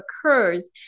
occurs